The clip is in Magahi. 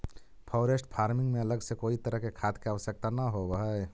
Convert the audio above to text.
फॉरेस्ट फार्मिंग में अलग से कोई तरह के खाद के आवश्यकता न होवऽ हइ